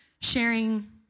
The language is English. sharing